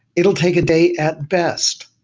it will take a day at best.